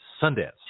Sundance